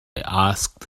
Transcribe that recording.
asked